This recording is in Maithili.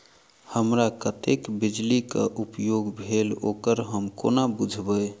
हमरा कत्तेक बिजली कऽ उपयोग भेल ओकर हम कोना बुझबै?